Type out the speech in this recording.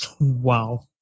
Wow